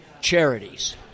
charities